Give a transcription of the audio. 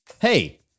Hey